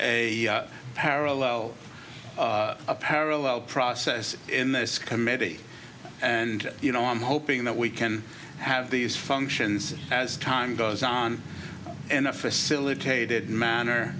a parallel parallel process in this committee and you know i'm hoping that we can have these functions as time goes on and a facilitated manner